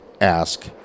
ask